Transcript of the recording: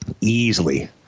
Easily